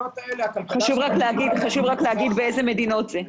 חשוב רק להגיד באיזה מדינות זה.